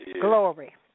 Glory